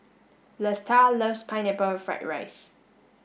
Lesta loves pineapple fried rice